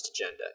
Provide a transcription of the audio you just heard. agenda